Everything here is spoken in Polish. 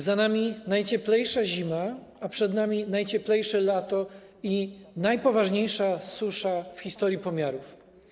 Za nami najcieplejsza zima, a przed nami najcieplejsze lato i najpoważniejsza susza w historii pomiarów.